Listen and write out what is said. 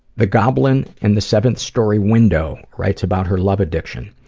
the goblin in the seventh story window writes about her love addiction.